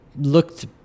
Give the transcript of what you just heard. looked